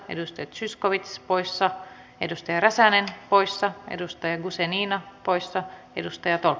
niinistö zyskowicz poissa edusti räsänen poissa edustaja husseiniina poissa edustajat o